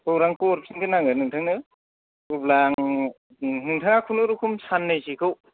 खौरांखौ हरफिनगोन आङो नोंथांनो अब्ला आङो नोंथाङा खुनुरुखुम साननैसोखौ